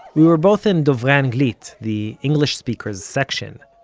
we were both in dovrey anglit, the english speakers section,